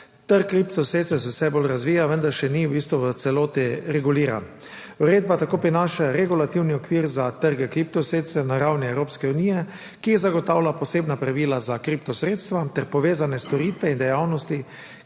Trg kriptosredstev se vse bolj razvija, vendar še v bistvu ni v celoti reguliran. Uredba tako prinaša regulativni okvir za trge kriptosredstev na ravni Evropske unije, ki zagotavlja posebna pravila za kriptosredstva ter povezane storitve in dejavnosti,